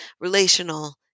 relational